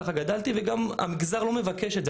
ככה גדלתי וגם המגזר לא מבקש את זה.